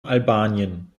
albanien